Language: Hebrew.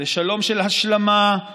לשלום של השלמה,